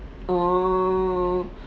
oh